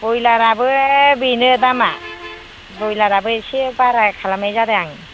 बयलारआबो बेनो दामआ बयलारआबो एसे बारा खालामनाय जादों आं